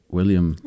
William